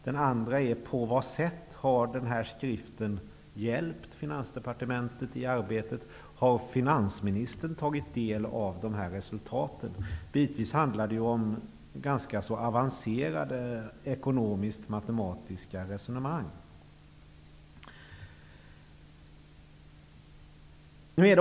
Den andra är: På vad sätt har denna skrift hjälpt Finansdepartementet i arbetet? Har finansministern tagit del av dessa resultat? Bitvis handlar det ju om ganska avancerade ekonomiska ekonomiskt-matematiska resonemang.